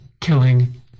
killing